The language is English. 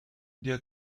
their